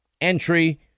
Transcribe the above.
entry